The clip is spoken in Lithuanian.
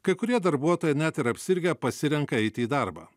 kai kurie darbuotojai net ir apsirgę pasirenka eiti į darbą